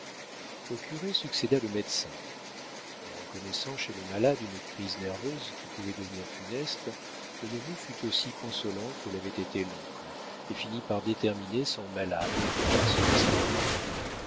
au curé succéda le médecin en reconnaissant chez le malade une crise nerveuse qui pouvait devenir funeste le neveu fut aussi consolant que l'avait été l'oncle et finit par déterminer son malade à se restaurer